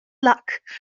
luck